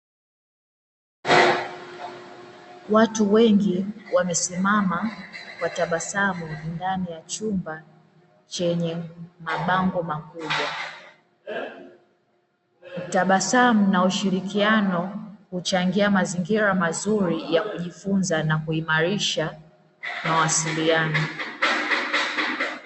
Watu wengi wamesimama kwatabasamu ndani ya chumba chenye mabango makubwa kutabasam na ushirikiano huchangia mazingira mazuri ya kujifunza na kuimarisha mawasiliano.